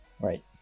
Right